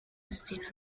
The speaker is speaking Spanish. destino